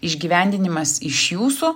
išgyvendinimas iš jūsų